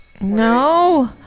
No